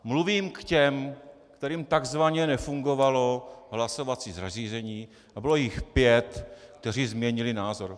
Mluvím k těm, kterým takzvaně nefungovalo hlasovací zařízení, a bylo jich pět, kteří změnili názor.